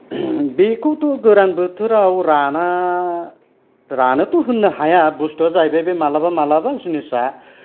बेखौथ' गोरान बोथोराव राना रानोथ' होननो हाया बस्तुआ जाहैबाय बे मालाबा मालाबा जिनिसा